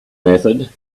method